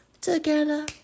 Together